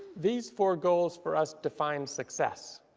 these four goals for us define success.